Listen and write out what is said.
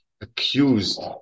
accused